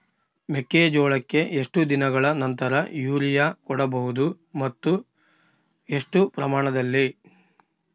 ಮೆಕ್ಕೆಜೋಳಕ್ಕೆ ಎಷ್ಟು ದಿನಗಳ ನಂತರ ಯೂರಿಯಾ ಕೊಡಬಹುದು ಮತ್ತು ಎಷ್ಟು ಪ್ರಮಾಣದಲ್ಲಿ?